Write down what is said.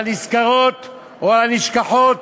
על הנזכרות או הנשכחות?